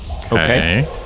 Okay